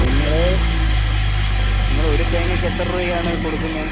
നിങ്ങൾ നിങ്ങൾ ഒരു തേങ്ങയ്ക്ക് എത്ര രൂപയ്ക്ക് ആണ് കൊടുക്കുന്നത്